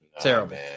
Terrible